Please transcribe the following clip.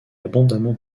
abondamment